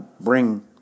bring